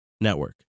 network